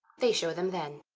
they show them then.